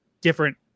different